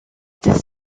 this